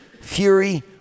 fury